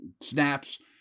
snaps